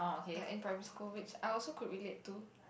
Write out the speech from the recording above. like in primary school which I also could relate to